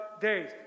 days